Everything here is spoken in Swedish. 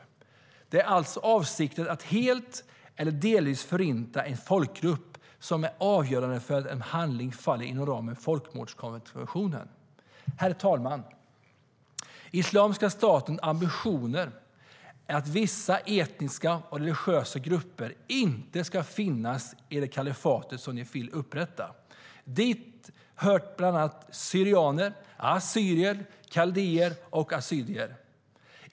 Det är alltså avsikten att helt eller delvis förinta en folkgrupp som är avgörande för om en handling faller inom ramen för folkmordskonventionen. Herr talman! Islamiska statens ambitioner är att vissa etniska och religiösa grupper inte ska finnas i det kalifat de vill upprätta. Dit hör bland andra syrianer, assyrier, kaldéer och yazidier.